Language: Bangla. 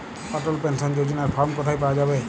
অটল পেনশন যোজনার ফর্ম কোথায় পাওয়া যাবে?